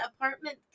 apartment